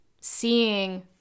seeing